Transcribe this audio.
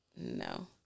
No